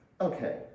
okay